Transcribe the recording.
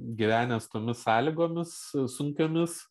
gyvenęs tomis sąlygomis sunkiomis